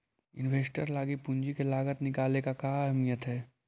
Investor लागी पूंजी के लागत निकाले के का अहमियत हई?